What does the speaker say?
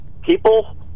people